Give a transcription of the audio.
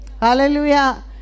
hallelujah